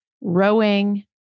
rowing